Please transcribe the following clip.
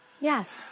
Yes